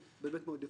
באמת מאוד יפות.